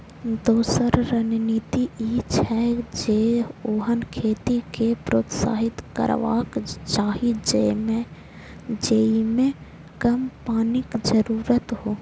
दोसर रणनीति ई छै, जे ओहन खेती कें प्रोत्साहित करबाक चाही जेइमे कम पानिक जरूरत हो